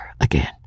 again